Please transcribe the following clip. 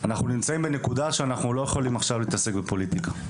נמצאים בנקודה שאנחנו לא יכולים להתעסק בפוליטיקה.